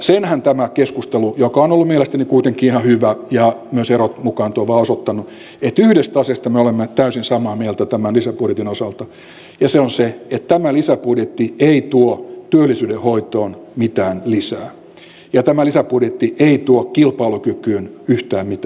senhän tämä keskustelu joka on ollut mielestäni kuitenkin ihan hyvä ja myös erot mukaan tuova on osoittanut että yhdestä asiasta me olemme täysin samaa mieltä tämän lisäbudjetin osalta ja se on se että tämä lisäbudjetti ei tuo työllisyyden hoitoon mitään lisää ja tämä lisäbudjetti ei tuo kilpailukykyyn yhtään mitään lisää